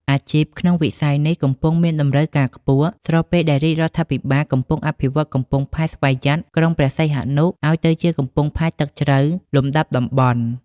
អាជីពក្នុងវិស័យនេះកំពុងមានតម្រូវការខ្ពស់ ស្របពេលដែលរាជរដ្ឋាភិបាលកំពុងអភិវឌ្ឍកំពង់ផែស្វយ័តក្រុងព្រះសីហនុឱ្យទៅជាកំពង់ផែទឹកជ្រៅលំដាប់តំបន់។